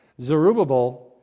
Zerubbabel